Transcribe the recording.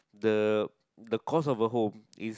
the the cost of a home is